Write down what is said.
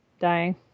Dying